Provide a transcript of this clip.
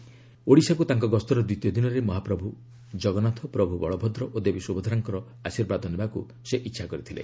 ଶ୍ରୀ ଓଡ଼ିଶାକୁ ତାଙ୍କ ଗସ୍ତର ଦ୍ୱିତୀୟ ଦିନରେ ମହାପ୍ରଭୁ ଜଗନ୍ନାଥ ପ୍ରଭୁ ବଳଭଦ୍ର ଓ ଦେବୀ ଶୁଭଦ୍ରାଙ୍କର ଆଶୀର୍ବାଦ ନେବାକୁ ଇଚ୍ଛା କରିଥିଲେ